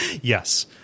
Yes